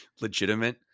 Legitimate